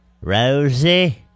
Rosie